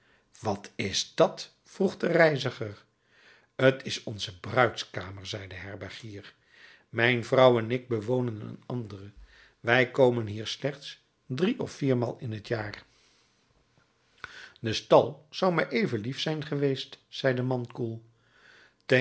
wat is dat vroeg de reiziger t is onze bruidskamer zei de herbergier mijn vrouw en ik bewonen een andere wij komen hier slechts drie of viermaal in t jaar de stal zou mij even lief zijn geweest zei de man koel